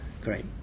great